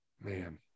Man